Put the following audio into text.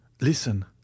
listen